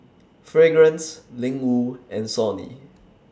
Fragrance Ling Wu and Sony